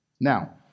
Now